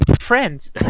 friends